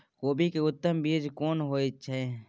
कोबी के उत्तम बीज कोन होय है?